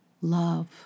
love